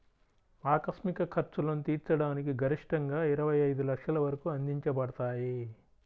ఆకస్మిక ఖర్చులను తీర్చడానికి గరిష్టంగాఇరవై ఐదు లక్షల వరకు అందించబడతాయి